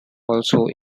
also